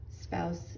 spouse